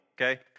okay